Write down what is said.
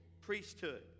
priesthood